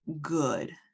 good